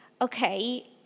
okay